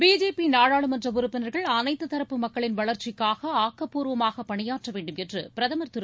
BJP நாடாளுமன்ற உறுப்பினர்கள் அனைத்து தரப்பு மக்களின் வளர்ச்சிக்கூக ஆக்கப்பூர்வமாக பணியாற்ற வேண்டும் என்று பிரதமர் திரு